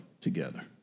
together